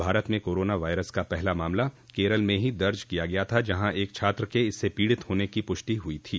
भारत में corona virus का पहला मामला केरल में ही दर्ज किया गया था जहां एक छात्र के इससे पीड़ित होने की पुष्टि हुई थी